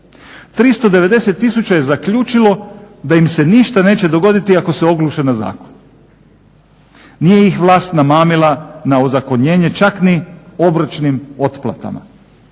390 tisuća je zaključilo da im se ništa neće dogoditi ako se ogluše na zakon. Nije ih vlast namamila na ozakonjenje čak ni obročnim otplatama.